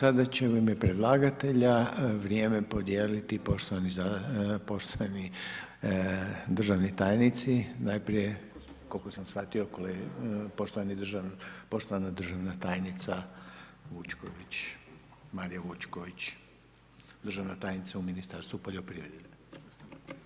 A sada će u ime predlagatelja vrijeme podijeliti poštovani državni tajnici, najprije, koliko sam shvatio, poštovana državna tajnica Vučković, Marija Vučković, državna tajnica u Ministarstvu poljoprivrede.